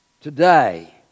today